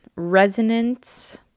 Resonance